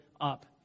up